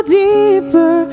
deeper